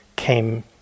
came